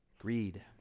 Greed